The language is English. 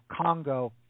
Congo